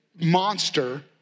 monster